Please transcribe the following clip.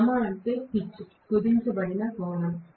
γ అంటే పిచ్ కుదించబడిన కోణం